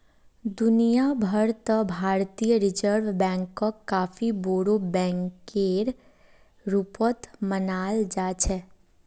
दुनिया भर त भारतीय रिजर्ब बैंकक काफी बोरो बैकेर रूपत मानाल जा छेक